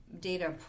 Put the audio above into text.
data